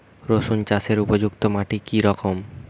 রুসুন চাষের উপযুক্ত মাটি কি রকম?